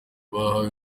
bahawe